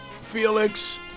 Felix